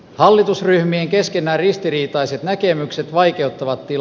hallitusryhmien keskenään ristiriitaiset näkemykset vaikeuttavat til